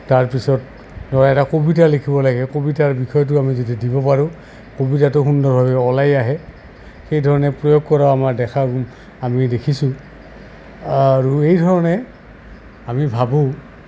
তাৰপিছত ধৰা এটা কবিতা লিখিব লাগে কবিতাৰ বিষয়টো আমি যেতিয়া দিব পাৰোঁ কবিতাটো সুন্দৰভাৱে ওলাই আহে সেইধৰণে প্ৰয়োগ কৰা আমাৰ দেখা আমি দেখিছোঁ আৰু এইধৰণে আমি ভাবোঁ